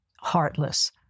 heartless